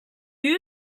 you